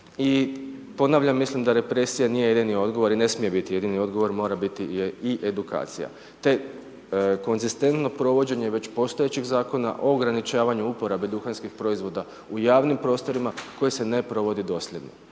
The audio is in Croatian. I ponavljam mislim da represija nije jedini odgovor i ne smije biti jedini odgovor, mora biti i edukacija te konzistentno provođenje već postojećih zakona o ograničavanju uporabe duhanskih proizvoda u javnim prostorima koji se ne provodi doslovno.